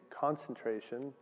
concentration